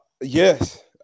yes